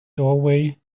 doorway